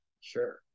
Sure